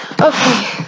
Okay